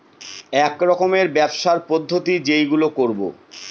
এক রকমের ব্যবসার পদ্ধতি যেইগুলো করবো